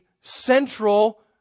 central